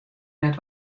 net